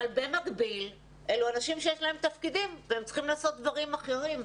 אבל במקביל אלה אנשים שיש להם תפקידים והם צריכים לעשות דברים אחרים.